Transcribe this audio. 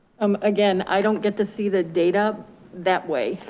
um again, i don't get to see the data that way,